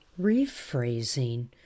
rephrasing